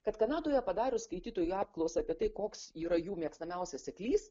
kad kanadoje padarius skaitytojų apklausą apie tai koks yra jų mėgstamiausias seklys